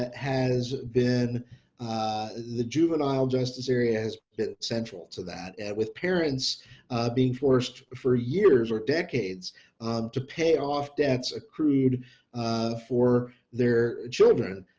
has been the juvenile justice area has been central to that and with parents being forced for years or decades to pay off debts accrued for their children.